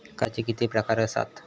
कर्जाचे किती प्रकार असात?